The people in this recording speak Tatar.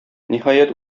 ниһаять